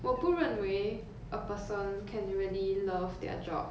我不认为 a person can really love their job